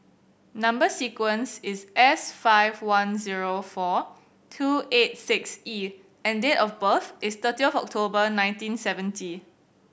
number sequence is S five one zero four two eight six E and date of birth is thirty of October nineteen seventy